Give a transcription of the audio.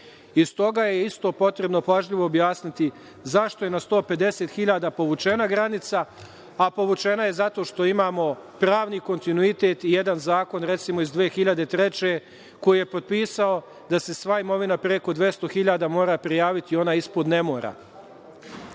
i stoga je isto potrebno pažljivo objasniti zašto je na 150 hiljada povučena granica, a povučena je zato što imamo pravni kontinuitet i jedan zakon, recimo iz 2003. godine, koji je potpisao da se sva imovina preko 200 hiljada, a ona ispod ne mora.